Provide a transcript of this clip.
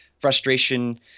frustration